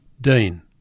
Dean